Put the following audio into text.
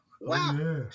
Wow